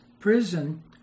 prison